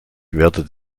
wertet